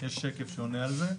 יש שקף שעונה על זה.